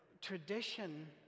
tradition